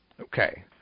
Okay